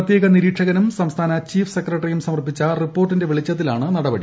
പ്രത്യേക നിരീക്ഷകനും സംസ്ഥാന ചീഫ് സെക്രട്ടലിയ്ക്കും സമർപ്പിച്ച റിപ്പോർട്ടിന്റെ വെളിച്ചത്തിലാണ് നടപടി